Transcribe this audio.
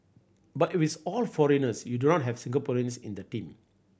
but if it's all foreigners you do not have Singaporeans in the team